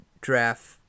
draft